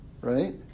Right